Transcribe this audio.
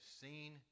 seen